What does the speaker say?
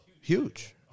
Huge